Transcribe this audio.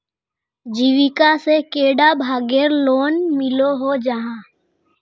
जीविका से कैडा भागेर लोन मिलोहो जाहा?